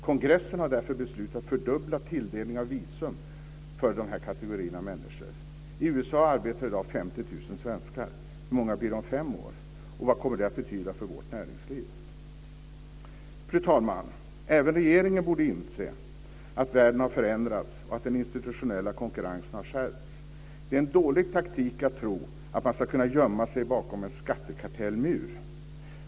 Kongressen har därför beslutat att fördubbla tilldelningen av visum för denna kategori av människor. I USA arbetar i dag 50 000 svenskar. Hur många blir det om fem år, och vad kommer det att betyda för vårt näringsliv? Fru talman! Även regeringen borde inse att världen har förändrats och att den institutionella konkurrensen har skärpts. Det är en dålig taktik att tro att man nu ska kunna gömma sig bakom en skattekartell.